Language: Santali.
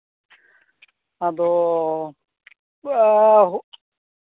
ᱟᱫᱚ